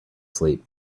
sleep